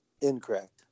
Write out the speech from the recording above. incorrect